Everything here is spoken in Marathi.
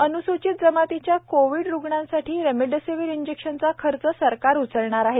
पाडवी अन्सूचित जमातीच्या कोविड रुग्णांसाठी रेमडेसिवीर इंजेक्शनचा खर्च सरकार उचलणार आहे